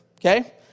okay